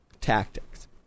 tactics